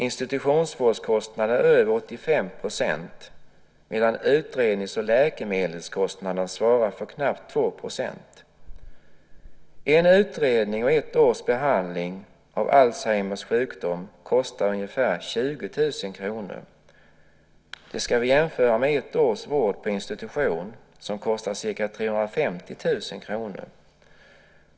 Institutionsvårdskostnader står för över 85 %, medan utrednings och läkemedelskostnaderna svarar för knappt 2 %. En utredning och ett års behandling av Alzheimers sjukdom kostar ungefär 20 000 kr. Det ska vi jämföra med ett års vård på institution, som kostar ca 350 000 kr.